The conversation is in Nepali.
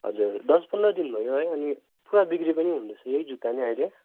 हजुर दस पन्ध्र दिन भयो है अनि पुरा बिक्री पनि हुँदैछ यही जुत्ता नै अहिले